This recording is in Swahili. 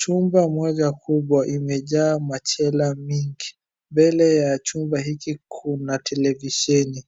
Chumba moja kubwa imejaa machela mingi. Mbele ya chumba hiki kuna televisheni.